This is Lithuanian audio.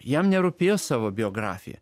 jam nerūpėjo savo biografija